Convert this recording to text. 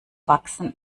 wachsen